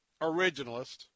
originalist